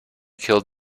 killed